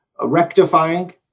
rectifying